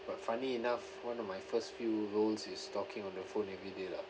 but funny enough one of my first few rules is talking on the phone everyday lah